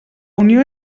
unió